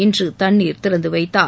இன்று தண்ணீர் திறந்துவைத்தார்